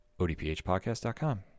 odphpodcast.com